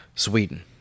Sweden